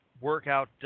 workout